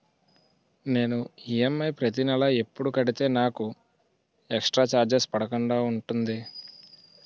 నేను ఈ.ఎమ్.ఐ ప్రతి నెల ఎపుడు కడితే నాకు ఎక్స్ స్త్ర చార్జెస్ పడకుండా ఉంటుంది?